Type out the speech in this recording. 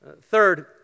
Third